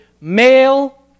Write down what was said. male